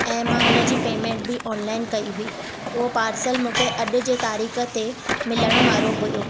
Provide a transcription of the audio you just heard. ऐं मां हुन जी पेमेंट बि ऑनलाइन कई हुई उहो पार्सल मूंखे अॼु जे तारीख़ ते मिलणु वारो हुयो